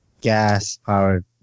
gas-powered